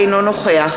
אינו נוכח